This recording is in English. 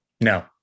No